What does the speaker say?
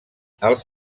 els